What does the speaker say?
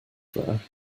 there